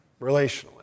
relationally